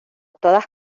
todas